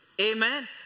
Amen